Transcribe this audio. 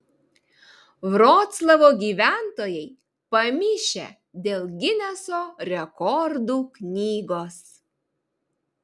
vroclavo gyventojai pamišę dėl gineso rekordų knygos